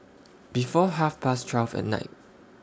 before Half Past twelve At Night